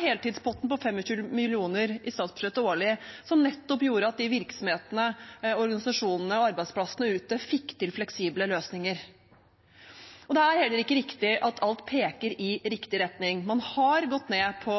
heltidspotten på 25 mill. kr i statsbudsjettet årlig, som nettopp gjorde at de virksomhetene, organisasjonene og arbeidsplassene ute fikk til fleksible løsninger. Det er heller ikke riktig at alt peker i riktig retning. Man har gått ned på